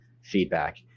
feedback